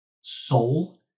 soul